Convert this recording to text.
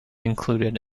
included